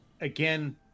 again